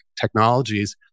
technologies